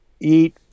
Eat